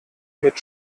mit